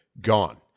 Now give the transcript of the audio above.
gone